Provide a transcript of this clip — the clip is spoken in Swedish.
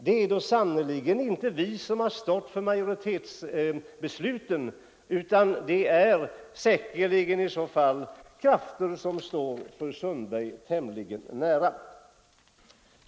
Det är sannerligen inte vi som har stått för majoritetsbesluten utan det är säkerligen i så fall krafter som står fru Sundberg tämligen nära.